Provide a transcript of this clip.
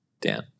Dan